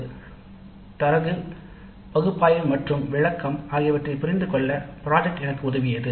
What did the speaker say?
"தரவு பகுப்பாய்வு மற்றும் விளக்கம் ஆகியவற்றை புரிந்துகொள்ள திட்டப்பணி எனக்கு உதவியது